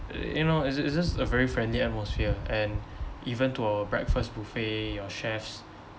you know it's it's just a very friendly atmosphere and even to our breakfast buffet your chefs